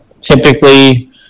typically